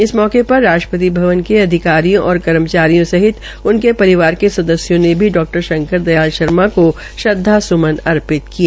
इस अवसर पर राष्ट्रपति भवन के अधिकारियों और कर्मचारियों सहित उनके परिवार के सदस्यों ने डॉ शंकर दयाल शर्मा को श्रद्वासुमन अर्पित किए